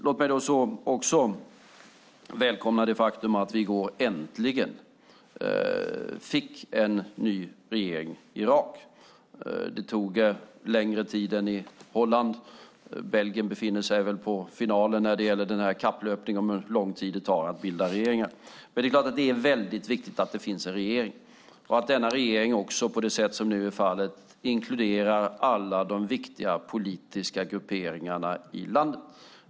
Låt mig också välkomna det faktum att vi i går äntligen fick en ny regering i Irak. Det tog längre tid än i Holland. Belgien befinner sig i finalen när det gäller kapplöpningen om hur lång tid det tar att bilda regeringar. Det är klart att det är väldigt viktigt att det finns en regering och att denna regering också, på det sätt som nu är fallet, inkluderar alla de viktiga politiska grupperingarna i landet.